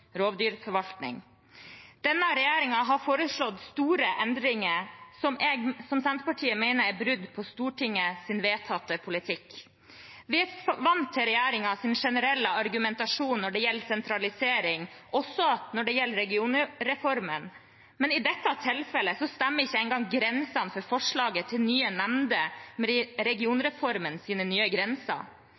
Denne regjeringen har foreslått store endringer som Senterpartiet mener er brudd på Stortingets vedtatte politikk. Vi er vant til regjeringens generelle argumentasjon når det gjelder sentralisering, også når det gjelder regionreformen, men i dette tilfellet stemmer ikke engang grensene i forslaget til nye nemnder med regionreformens nye grenser.